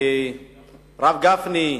הרב גפני,